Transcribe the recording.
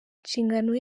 inshingano